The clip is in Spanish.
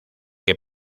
que